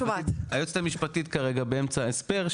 היועצת המשפטית כרגע באמצע הסבר,